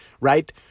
right